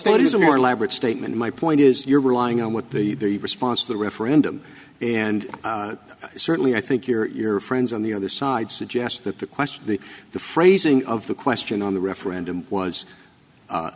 studies are more elaborate statement my point is you're relying on what the response of the referendum and certainly i think your friends on the other side suggest that the question the the phrasing of the question on the referendum was